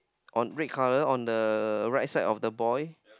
on red color on the right side of the boy